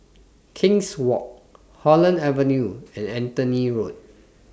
King's Walk Holland Avenue and Anthony Road